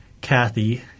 Kathy